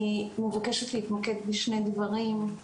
אני מבקשת להתמקד בשני דברים.